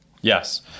Yes